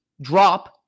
drop